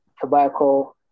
tobacco